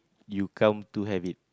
you come to have it